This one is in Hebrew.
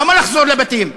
למה לחזור לבתים?